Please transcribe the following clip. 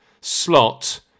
slot